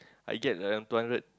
I get to earn two hundred